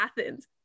Athens